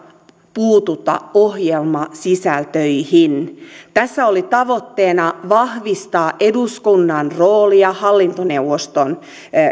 puututa ohjelmasisältöihin tässä oli tavoitteena vahvistaa eduskunnan roolia hallintoneuvoston